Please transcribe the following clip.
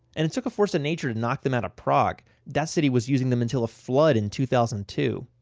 and it took a force of nature to knock them out of prague. that city was using them until a flood in two thousand and two.